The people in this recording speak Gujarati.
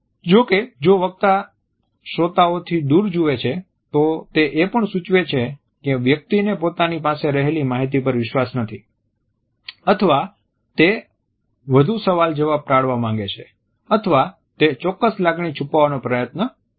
જો કે જો વક્તા શ્રોતાઓ થી દૂર જુએ છે તો તે એ પણ સૂચવે છે કે વ્યક્તિને પોતાની પાસે રહેલી માહિતી પર વિશ્વાસ નથી અથવા તે વધુ સવાલ જવાબ ટાળવા માંગે છે અથવા તે ચોક્કસ લાગણી છુપાવવાનો પ્રયાસ કરી રહ્યો છે